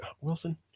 Wilson